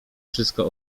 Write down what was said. wszystko